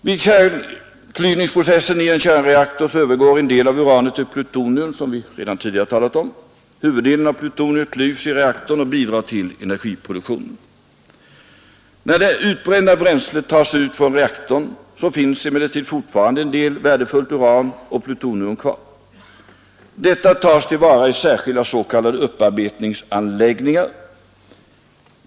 Vid kärnklyvningsprocessen i en kärnreaktor övergår som tidigare nämnts en del av uranet till plutonium. Huvuddelen av plutoniet klyvs i reaktorn och bidrar till energiproduktionen. När det utbrända bränslet tas ut från reaktorn finns emellertid fortfarande en del värdefullt uran och plutonium kvar. Detta tas till vara i särskilda s.k. upparbetningsanläggningar.